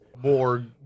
More